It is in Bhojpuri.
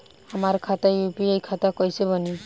हमार खाता यू.पी.आई खाता कईसे बनी?